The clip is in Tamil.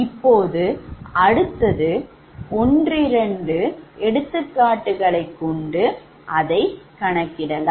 இப்போது அடுத்தது ஒன்றிரண்டு எடுத்துக்காட்டுகளை எடுத்து அதை கணக்கிடலாம்